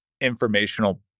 informational